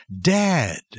dad